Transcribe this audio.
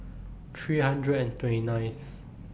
three hundred and twenty nineth